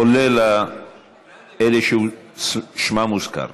כולל אלה ששמם הוזכר.